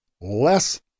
less